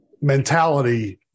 mentality –